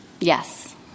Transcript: Yes